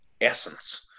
essence